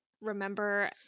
remember